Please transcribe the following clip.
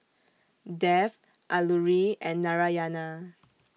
Dev Alluri and Narayana